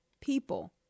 people